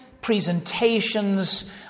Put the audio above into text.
presentations